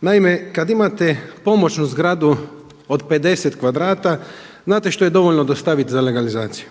Naime, kad imate pomoćnu zgradu od 50 kvadrata, znate što je dovoljno dostavit za legalizaciju?